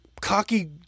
cocky